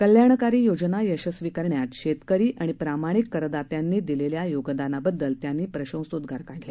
कल्याणकारी योजना यशस्वी करण्यात शेतकरी आणि प्रामाणिक करदात्यांनी दिलेल्या योगदानाबददल त्यांनी प्रशंसोद्गार काढले